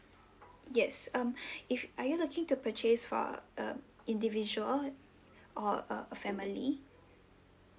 yes um if are you looking to purchase for um individual or uh a family